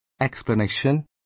Explanation